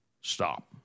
Stop